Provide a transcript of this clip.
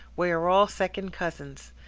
we are all second cousins.